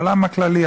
העולם הכללי,